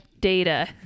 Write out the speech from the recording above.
data